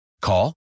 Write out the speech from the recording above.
Call